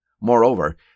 Moreover